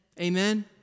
Amen